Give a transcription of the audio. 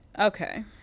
Okay